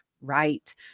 Right